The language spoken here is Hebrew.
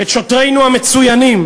את שוטרינו המצוינים,